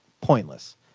pointless